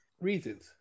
Reasons